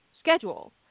schedule